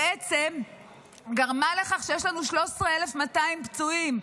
גרמה לכך שיש לנו 13,200 פצועים,